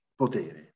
Potere